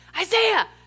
Isaiah